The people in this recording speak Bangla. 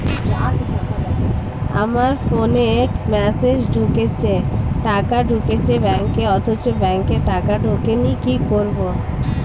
আমার ফোনে মেসেজ এসেছে টাকা ঢুকেছে ব্যাঙ্কে অথচ ব্যাংকে টাকা ঢোকেনি কি করবো?